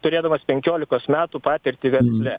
turėdamas penkiolikos metų patirtį versle